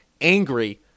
angry